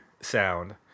sound